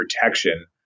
protection